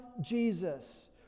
Jesus